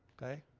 okay?